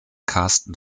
karsten